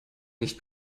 nicht